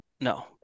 No